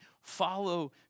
follow